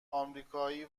امریکایی